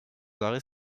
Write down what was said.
arrêts